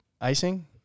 icing